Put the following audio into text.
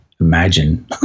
imagine